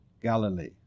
Galilee